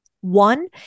One